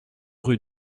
rue